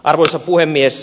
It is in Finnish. arvoisa puhemies